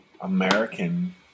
American